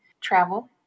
travel